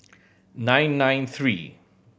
nine nine three